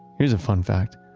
here's a fun fact,